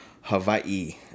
Hawaii